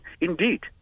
Indeed